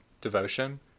devotion